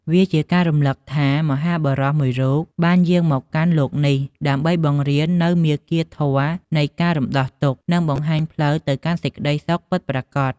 វាជាការរំលឹកថា មហាបុរសមួយរូបបានយាងមកកាន់លោកនេះ ដើម្បីបង្រៀននូវមាគ៌ាធម៌នៃការរំដោះទុក្ខ និងបង្ហាញផ្លូវទៅកាន់សេចក្ដីសុខពិតប្រាកដ។